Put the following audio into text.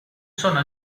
sono